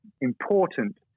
important